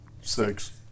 Six